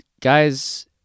Guys